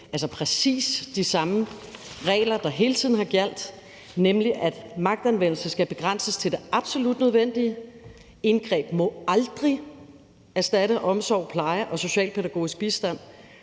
væk præcis de samme regler, der hele tiden har gjaldt, nemlig at magtanvendelse skal begrænses til det absolut nødvendige. Indgreb må aldrig erstatte omsorg, pleje og socialpædagogisk bistand.